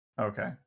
Okay